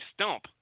stump